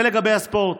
זה לגבי הספורט.